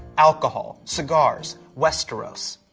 alcohol. cigars. westeros.